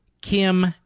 Kim